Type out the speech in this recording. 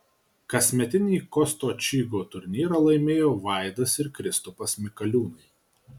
kasmetinį kosto čygo turnyrą laimėjo vaidas ir kristupas mikaliūnai